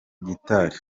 gitari